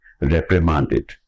reprimanded